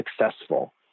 successful